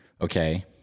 okay